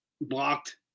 blocked